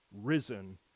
risen